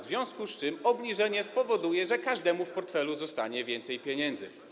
W związku z czym obniżenie spowoduje, że każdemu w portfelu zostanie więcej pieniędzy.